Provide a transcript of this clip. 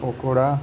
କୁକୁଡ଼ା